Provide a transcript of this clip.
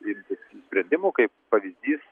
imtis sprendimų kaip pavyzdys